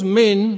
men